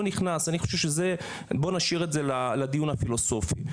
נכנס בואו נשאיר את זה לדיון הפילוסופי.